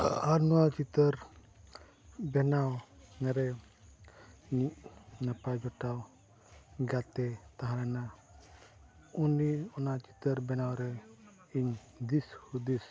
ᱟᱨ ᱱᱚᱣᱟ ᱪᱤᱛᱟᱹᱨ ᱵᱮᱱᱟᱣ ᱨᱮ ᱱᱟᱯᱟᱭ ᱡᱚᱴᱟᱣ ᱜᱟᱛᱮ ᱛᱟᱦᱮᱸ ᱞᱮᱱᱟ ᱩᱱᱤ ᱚᱱᱟ ᱪᱤᱛᱟᱹᱨ ᱵᱮᱱᱟᱣ ᱨᱮ ᱤᱧ ᱫᱤᱥ ᱦᱩᱫᱤᱥ